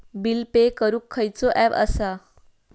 Bill pay करूक खैचो app असा?